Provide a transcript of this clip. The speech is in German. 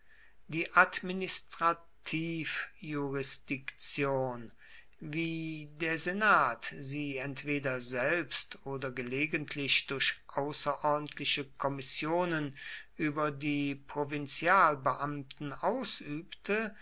die administrativjurisdiktion wie der senat sie entweder selbst oder gelegentlich durch außerordentliche kommissionen über die provinzialbeamten ausübte